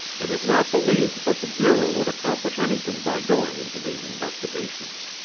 it is not believed that the bureau would accomplish anything by going into these investigations.